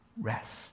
rest